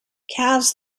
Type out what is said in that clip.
calves